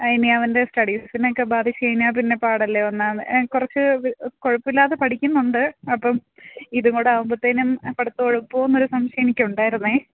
ഇനി അവൻ്റെ സ്റ്റഡീസിനെയൊക്കെ ബാധിച്ചുകഴിഞ്ഞാല് പിന്നെ പാടല്ലേ ഒന്നാമത് കുറച്ച് കുഴപ്പമില്ലാതെ പഠിക്കുന്നുണ്ട് അപ്പം ഇതുകുടെയാകുമ്പോഴത്തേക്കും അ പഠിത്തം ഉഴപ്പുമോയെന്നൊരു സംശയം എനിക്കുണ്ടായിരുന്നു